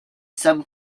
some